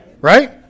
right